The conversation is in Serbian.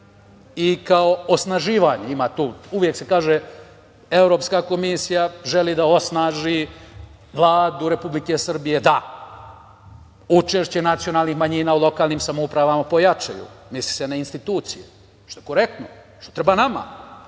i kao osnaživanje. Uvek se kaže Evropska komisija želi da osnaži Vladu Republike Srbije da učešće nacionalnih manjina u lokalnim samoupravama pojačaju, misli se na institucije, što je korektno, što treba nama